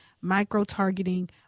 micro-targeting